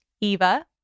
Eva